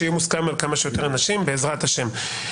שיהיה מוסכם על כמה שיותר אנשים בעזרת השם.